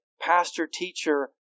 pastor-teacher